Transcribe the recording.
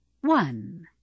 One